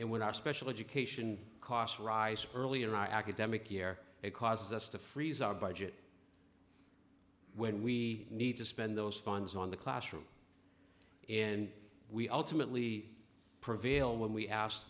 and when our special education costs rise early in our academic year it causes us to freeze our budget when we need to spend those funds on the classroom and we ultimately prevail when we asked